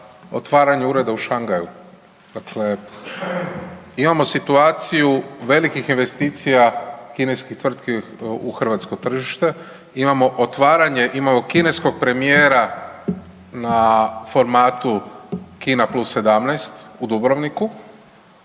otvaranje ureda u Shangaju. Dakle, imamo situaciju velikih investicija kineskih tvrtki u hrvatsko tržište, imamo otvaranje, imamo kineskog premijera na formatu Kina +17 u Dubrovniku,